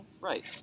Right